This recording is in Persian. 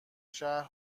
شهر